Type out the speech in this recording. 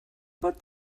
bod